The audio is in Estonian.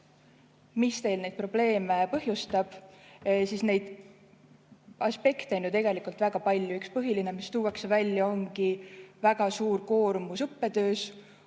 mis neil neid probleeme põhjustab, siis neid aspekte on ju tegelikult väga palju. Üks põhiline, mis tuuakse välja, on suur koormus õppetöös